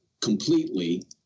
completely